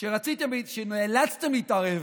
כשנאלצתם להתערב,